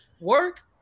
work